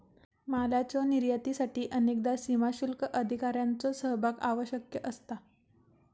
मालाच्यो निर्यातीसाठी अनेकदा सीमाशुल्क अधिकाऱ्यांचो सहभाग आवश्यक असता